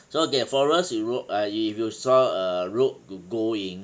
so that forest if you walk right you will saw a road to go in